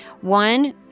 One